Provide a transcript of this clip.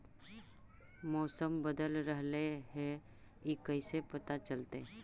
मौसम बदल रहले हे इ कैसे पता चलतै?